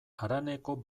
haraneko